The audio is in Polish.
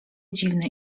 dziwne